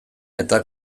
eta